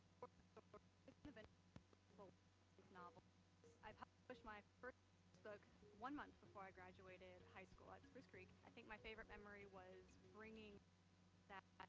ah but but so you know but i published my first book one month before i graduated high school at spruce creek. i think my favorite memory was bringing that